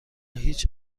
هیچ